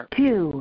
two